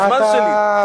זה הזמן שלי.